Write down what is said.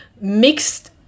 mixed